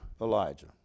Elijah